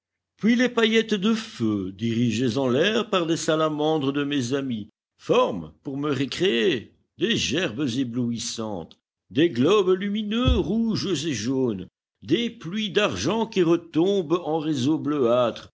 puis les paillettes de feu dirigées en l'air par des salamandres de mes amies forment pour me récréer des gerbes éblouissantes des globes lumineux rouges et jaunes des pluies d'argent qui retombent en réseaux